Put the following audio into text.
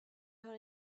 har